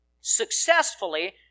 successfully